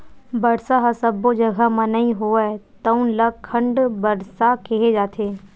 बरसा ह सब्बो जघा म नइ होवय तउन ल खंड बरसा केहे जाथे